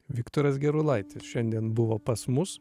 viktoras gerulaitis šiandien buvo pas mus